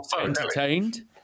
entertained